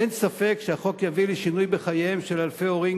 אין ספק שהחוק יביא לשינוי בחייהם של אלפי הורים,